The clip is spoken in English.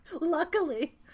luckily